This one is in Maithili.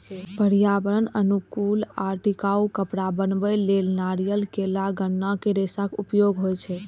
पर्यावरण अनुकूल आ टिकाउ कपड़ा बनबै लेल नारियल, केला, गन्ना के रेशाक उपयोग होइ छै